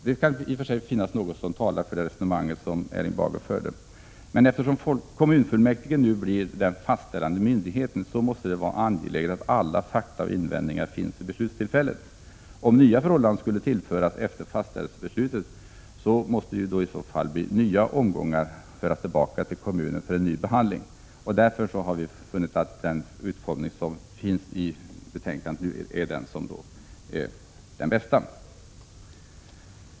Det kan i och för sig finnas något som talar för Erling Bagers resonemang, men eftersom kommunfullmäktige nu blir den fastställande myndigheten, måste det vara angeläget att alla fakta och invändningar finns vid beslutstillfället. Om nya förhållanden skulle tillkomma efter fastställelsebeslutet, måste ärendet föras tillbaka till kommunen för ny behandling. Därför har vi funnit att den utformning som beskrivs i betänkandet är den bästa.